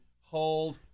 Hold